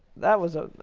that was a,